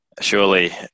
surely